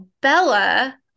Bella